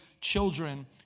children